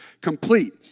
complete